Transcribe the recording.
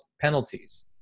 penalties